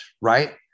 right